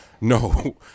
no